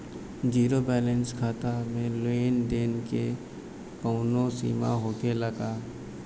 Zero balance खाता में लेन देन के कवनो सीमा होखे ला का?